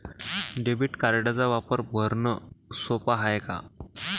Debit कार्डचा वापर भरनं सोप हाय का?